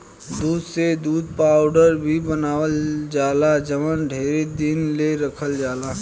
दूध से दूध पाउडर भी बनावल जाला जवन ढेरे दिन ले रखल जाला